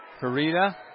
Carita